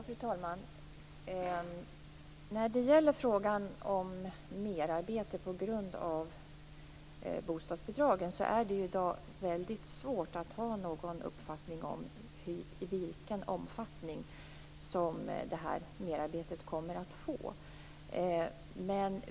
Fru talman! När det gäller frågan om merarbete på grund av bostadsbidragen är det i dag väldigt svårt att ha någon uppfattning om vilken omfattning det kommer att få.